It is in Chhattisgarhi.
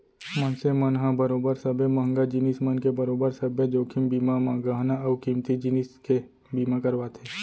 मनसे मन ह बरोबर सबे महंगा जिनिस मन के बरोबर सब्बे जोखिम बीमा म गहना अउ कीमती जिनिस के बीमा करवाथे